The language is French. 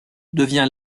devient